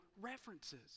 references